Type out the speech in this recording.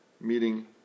meeting